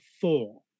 four